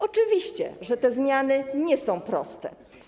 Oczywiście, że te zmiany nie są proste.